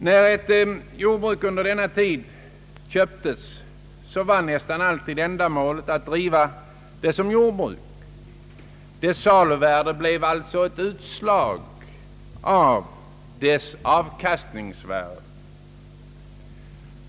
När ett jordbruk under denna tid köptes var ändamålet nästan alltid att driva det såsom jordbruk. Dess saluvärde berodde av dess avkastningsvärde.